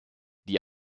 die